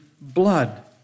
blood